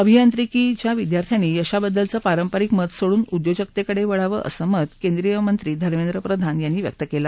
अभियांत्रीकीच्या विदद्यार्थ्यांनी यशाबद्दलचं पारंपरिक मत सोडून उद्योजकतेकडे वळावं असं मत केंद्रीय मंत्री धर्मेंद्र प्रधान यांनी व्यक्त केलं